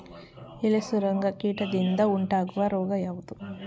ಎಲೆ ಸುರಂಗ ಕೀಟದಿಂದ ಉಂಟಾಗುವ ರೋಗ ಯಾವುದು?